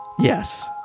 Yes